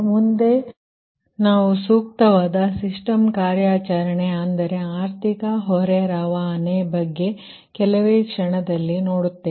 ಮುಂದೆ ನಾವು ಸೂಕ್ತವಾದ ಸಿಸ್ಟಮ್ ಕಾರ್ಯಾಚರಣೆ ಅಂದರೆ ಆರ್ಥಿಕ ಹೊರೆ ರವಾನೆ ಬಗ್ಗೆ ಕೆಲವೇ ಕ್ಷಣದಲ್ಲಿ ನೋಡುತ್ತೇವೆ